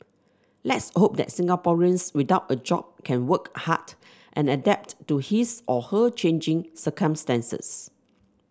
let's hope that Singaporeans without a job can work hard and adapt to his or her changing circumstances